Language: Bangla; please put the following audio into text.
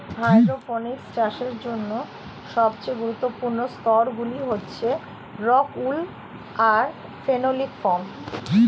হাইড্রোপনিক্স চাষের জন্য সবচেয়ে গুরুত্বপূর্ণ স্তরগুলি হচ্ছে রক্ উল আর ফেনোলিক ফোম